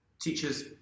teachers